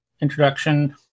introduction